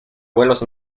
vuelos